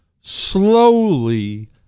slowly